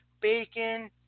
bacon